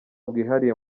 bwihariye